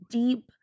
deep